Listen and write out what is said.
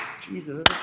Jesus